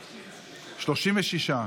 36,